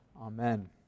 Amen